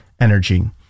energy